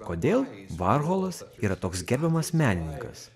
kodėl varholas yra toks gerbiamas menininkas